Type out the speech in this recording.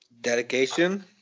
dedication